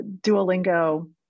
Duolingo